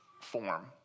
form